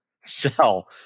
sell